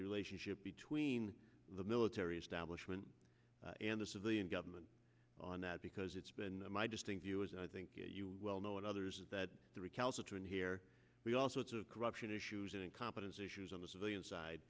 the relationship between the military establishment and the civilian government on that because it's been my distinct you as you well know and others that the recalcitrant here we also it's of corruption issues of incompetence issues on the civilian side